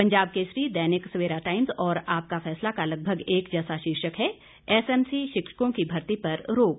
Punjab Kesari Dainik Savera Times और आपका फैसला का लगभग एक जैसा शीर्षक है एसएमसी शिक्षकों की भर्ती पर रोक